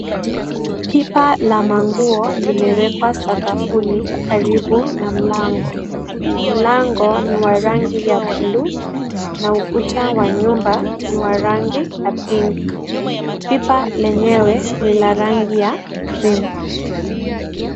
Pipa la manguo limewekwa sakafuni karibu na mlango. Mlango ni wa rangi ya blue na ukuta wa nyumba ni ya rangi ya pink , pipa lenyewe ni la rangi ya cream